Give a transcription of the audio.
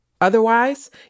otherwise